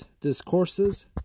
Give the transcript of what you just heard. Discourses